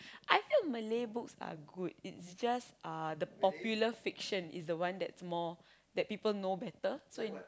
I feel Malay books are good it's just uh the popular fiction is the one that's more that people know better so in